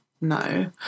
No